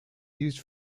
used